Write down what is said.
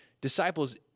disciples